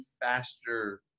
faster